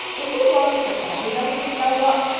is it wrong for everybody to tell whop.